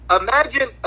imagine